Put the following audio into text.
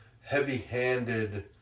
heavy-handed